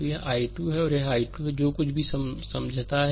तो यह i 2 है और यह i 2 है जो कुछ भी समझाता है